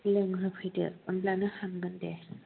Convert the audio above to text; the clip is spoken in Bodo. लोंहोफैदो ओमब्लानो हामगोन दे